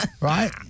Right